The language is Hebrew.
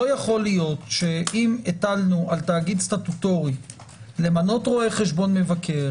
לא יכול להיות שאם הטלנו על תאגיד סטטוטורי למנות רואה חשבון מבקר,